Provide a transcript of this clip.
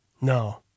No